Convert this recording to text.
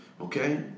Okay